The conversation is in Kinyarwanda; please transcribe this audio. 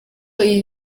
iyi